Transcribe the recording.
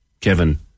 Kevin